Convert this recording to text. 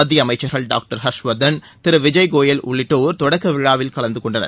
மத்திய அமைச்சர்கள் டாக்டர் ஹர்ஷ்வர்தன் திரு விஜய் கோயல் உள்ளிட்டோர் தொடக்க விழாவில் கலந்து கொண்டனர்